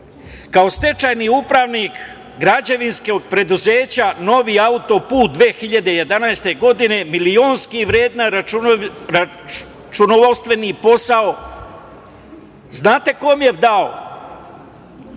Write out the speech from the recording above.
stečajni upravnik građevinskog preduzeća Novi autoput 2011. godine, milionski vredan računovodstveni posao, da li znate kome je dao?